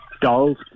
Dolls